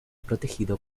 protegido